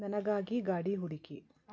ನನಗಾಗಿ ಗಾಡಿ ಹುಡುಕಿ